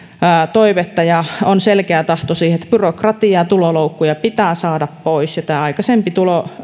toivetta ja on selkeä tahto että byrokratiaa ja tuloloukkuja pitää saada pois ja tämä aikaisempi